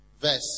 verse